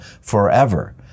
forever